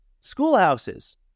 schoolhouses